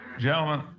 Gentlemen